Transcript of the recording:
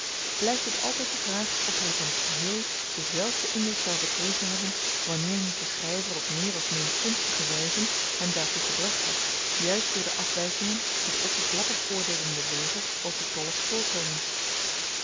blyft het altyd de vraag of hy van t geheel denzelfden indruk zou verkregen hebben wanneer niet de schryver op meer of min kunstige wyze hem daartoe gebracht had juist door de afwykingen die den oppervlakkig oordeelenden lezer overtollig voorkomen